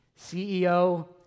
CEO